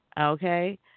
Okay